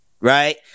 Right